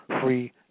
free